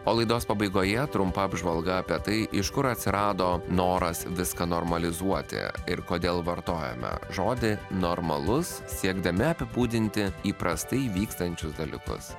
o laidos pabaigoje trumpa apžvalga apie tai iš kur atsirado noras viską normalizuoti ir kodėl vartojame žodį normalus siekdami apibūdinti įprastai vykstančius dalykus